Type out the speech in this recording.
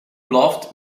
blaft